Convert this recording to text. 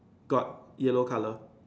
got yellow colour